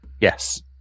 Yes